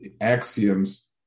axioms